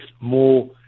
more